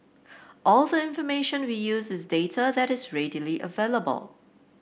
all the information we use is data that is readily available